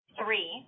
Three